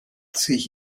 sich